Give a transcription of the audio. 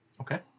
Okay